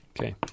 Okay